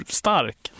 stark